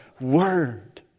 word